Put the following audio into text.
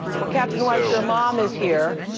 well, captain weiss, your mom is here.